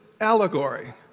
allegory